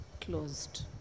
closed